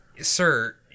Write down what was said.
Sir